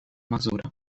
mazura